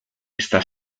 está